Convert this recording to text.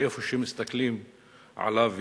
מאיפה שמסתכלים עליו,